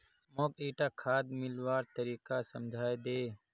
मौक ईटा खाद मिलव्वार तरीका समझाइ दे